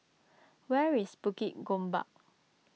where is Bukit Gombak